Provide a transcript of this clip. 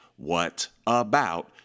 whatabout